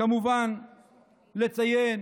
כמובן לציין